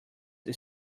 its